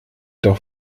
doch